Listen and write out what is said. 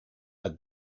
are